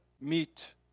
meet